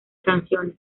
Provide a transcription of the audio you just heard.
canciones